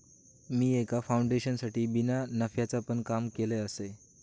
मी एका फाउंडेशनसाठी बिना नफ्याचा पण काम केलय आसय